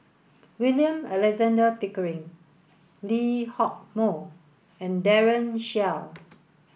William Alexander Pickering Lee Hock Moh and Daren Shiau